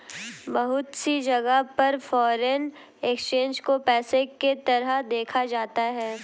बहुत सी जगह पर फ़ोरेन एक्सचेंज को पेशे के तरह देखा जाता है